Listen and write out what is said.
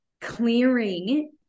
clearing